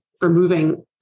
removing